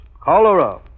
Cholera